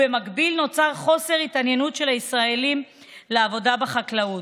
במקביל נותר חוסר התעניינות של הישראלים בעבודה בחקלאות.